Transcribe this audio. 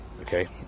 Okay